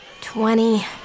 Twenty